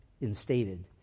instated